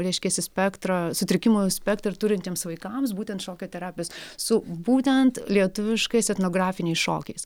reiškiasi spektrą sutrikimų spektrą turintiems vaikams būtent šokio terapijos su būtent lietuviškais etnografiniais šokiais